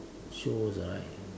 shows right